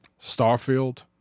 Starfield